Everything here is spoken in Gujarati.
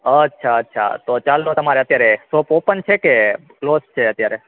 અછાં અછાં તો ચાલો તમારે અત્યારે શોપ ઓપન છે કે ક્લોજ છે અત્યારે